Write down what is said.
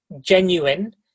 genuine